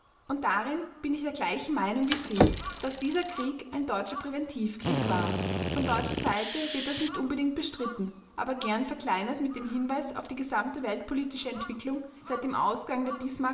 und darin bin ich der gleichen meinung wie fried daß dieser krieg ein deutscher präventivkrieg war von deutscher seite wird das nicht unbedingt bestritten aber gern verkleinert mit dem hinweis auf die gesamte weltpolitische entwicklung seit dem ausgang der